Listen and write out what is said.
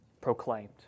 proclaimed